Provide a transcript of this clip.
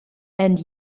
and